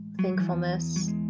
thankfulness